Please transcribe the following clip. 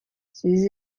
ses